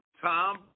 Tom